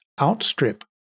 outstrip